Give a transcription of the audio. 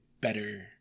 better